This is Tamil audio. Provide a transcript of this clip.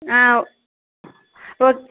ஆ ஓக்